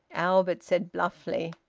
albert said bluffly,